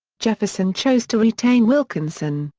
jefferson chose to retain wilkinson,